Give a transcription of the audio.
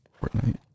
Fortnite